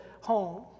home